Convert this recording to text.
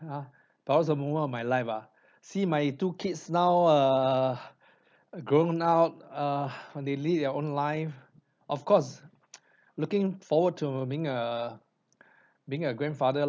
!huh! proudest moment of my life ah see my two kids now err grown up err they lead their own life of course looking forward to being a being a grandfather